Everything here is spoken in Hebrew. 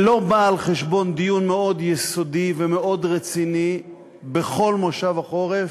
שלא באה על חשבון דיון מאוד יסודי ומאוד רציני בכל מושב החורף,